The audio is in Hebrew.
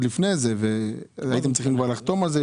לפני זה והייתם צריכים כבר לחתום הזה.